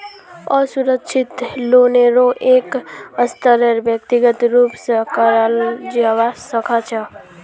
असुरक्षित लोनेरो एक स्तरेर व्यक्तिगत रूप स कराल जबा सखा छ